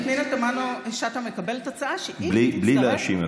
כולכם הייתם מצביעים בעד,